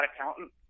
accountant